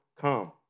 come